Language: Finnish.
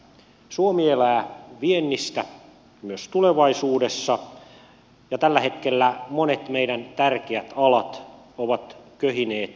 suomi elää viennistä myös tulevaisuudessa ja tällä hetkellä monet meidän tärkeät alat ovat köhineet yhtä aikaa